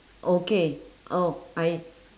okay oh I